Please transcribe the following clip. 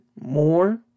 more